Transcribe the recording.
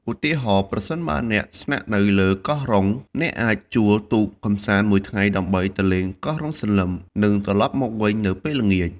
ឧទាហរណ៍ ប្រសិនបើអ្នកស្នាក់នៅលើកោះរ៉ុង អ្នកអាចជួលទូកកម្សាន្តមួយថ្ងៃដើម្បីទៅលេងកោះរ៉ុងសន្លឹម និងត្រឡប់មកវិញនៅពេលល្ងាច។